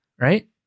right